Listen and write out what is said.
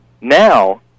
now